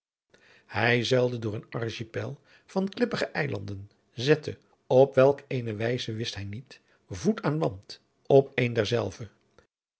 hij zeilde door een archipel van klippige eilanden zette op welk eene wijse wist hij niet voet aan land op een